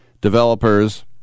developers